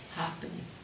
happening